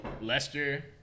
Lester